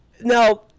Now